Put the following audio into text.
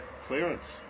clearance